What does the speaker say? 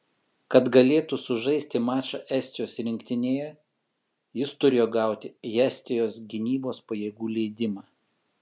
kad galėtų sužaisti mačą estijos rinktinėje jis turėjo gauti estijos gynybos pajėgų leidimą